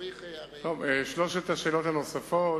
שלוש השאלות הנוספות,